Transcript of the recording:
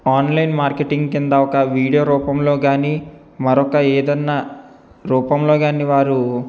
online marketing కింద ఒక video రూపంలో కానీ మరొక ఏదన్నా రూపంలో కానీ వారు